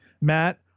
matt